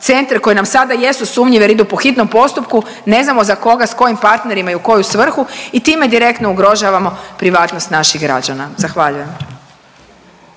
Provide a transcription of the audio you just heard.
centre koji nam sada jesu sumnjivi jer idu po hitnom postupku, ne znamo za koga, s kojim partnerima i u koju svrhu i time direktno ugrožavamo privatnost naših građana. Zahvaljujem.